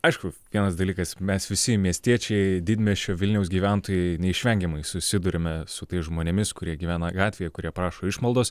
aišku vienas dalykas mes visi miestiečiai didmiesčio vilniaus gyventojai neišvengiamai susiduriame su tais žmonėmis kurie gyvena gatvėj kurie prašo išmaldos